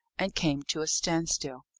and came to a standstill.